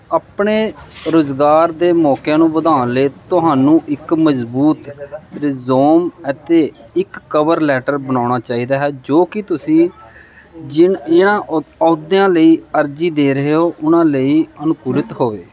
ਆਪਣੇ ਰੁਜ਼ਗਾਰ ਦੇ ਮੌਕਿਆਂ ਨੂੰ ਵਧਾਉਣ ਲਈ ਤੁਹਾਨੂੰ ਇੱਕ ਮਜ਼ਬੂਤ ਰਿਜ਼ੌਮ ਅਤੇ ਇੱਕ ਕਵਰ ਲੈਟਰ ਬਣਾਉਣਾ ਚਾਹੀਦਾ ਹੈ ਜੋ ਕਿ ਤੁਸੀਂ ਜਿਨ ਇਆਂ ਅਹੁ ਅਹੁਦਿਆਂ ਲਈ ਅਰਜ਼ੀ ਦੇ ਰਹੇ ਹੋ ਉਨ੍ਹਾਂ ਲਈ ਅਨੁਕੂਲਿਤ ਹੋਵੇ